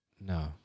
No